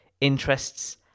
interests